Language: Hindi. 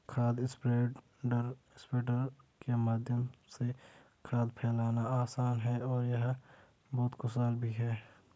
खाद स्प्रेडर के माध्यम से खाद फैलाना आसान है और यह बहुत कुशल भी है